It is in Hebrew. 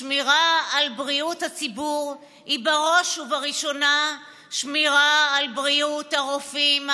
שמירה על בריאות הציבור היא בראש ובראשונה שמירה על בריאות הרופאים,